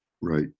Right